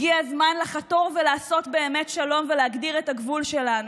הגיע הזמן לחתור ולעשות באמת שלום ולהגדיר את הגבול שלנו.